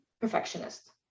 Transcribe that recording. perfectionist